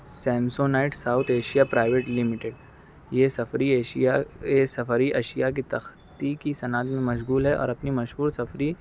یہ سفری ایشیا یہ سفری اشیا کی تختی کی صنعت میں مشغول ہے اور مشہور سفری